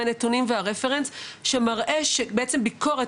עם הנתונים ועם הרפרנס שמראה שיש בעצם ביקורת